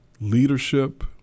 leadership